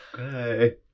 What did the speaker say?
Okay